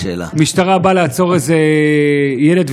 המשטרה באה לעצור איזה ילד,